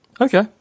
okay